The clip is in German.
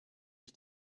ich